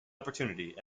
opportunity